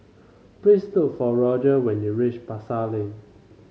please look for Roger when you reach Pasar Lane